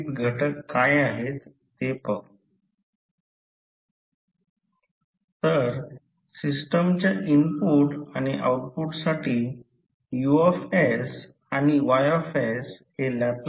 वास्तविक हे कसे घेतले आहे की जर याकडे आलो तर या आकृतीला मध्ये पाहिले तर जर मी कंडक्टरला पकडले आणि अंगठा फ्लक्सची दिशा असेल तर याचा अर्थ समजा ही फ्लक्स लाइन आहे हा करंट आहे